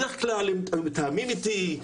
בדרך כלל הם מתאימים איתי,